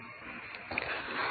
બરાબર